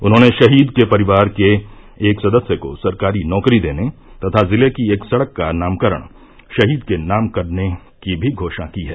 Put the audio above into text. उन्होंने शहीद के परिवार के एक सदस्य को सरकारी नौकरी देने तथा जिले की एक सड़क का नामकरण शहीद के नाम करने की भी घोसणा की है